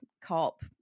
cop